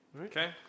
Okay